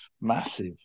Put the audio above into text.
massive